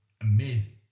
amazing